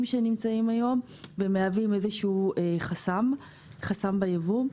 שנמצאים היום ומהווים איזשהו חסם בייבוא.